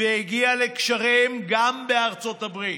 והגיעה לגשרים גם בארצות הברית.